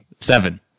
Seven